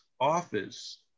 office